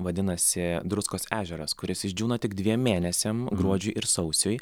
vadinasi druskos ežeras kuris išdžiūna tik dviem mėnesiam gruodžiui ir sausiui